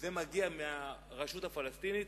מהרשות הפלסטינית,